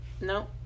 no